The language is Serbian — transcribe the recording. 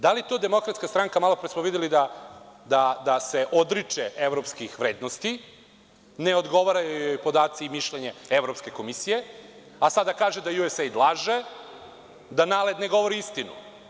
Da li to Demokratska stranka, malopre smo videli da se odriče evropskih vrednosti, ne odgovaraju joj podaci i mišljenje Evropske komisije, a sada kaže da USAID laže, da NALED ne govori istinu.